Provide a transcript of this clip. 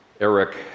Eric